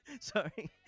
Sorry